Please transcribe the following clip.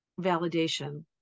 validation